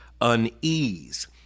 unease